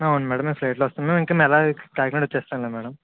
అవును మ్యాడమ్ మేము ఫ్లైట్లో వస్తున్నాము ఇంకా అలా కాకినాడ వచ్చేస్తాంలే మ్యాడమ్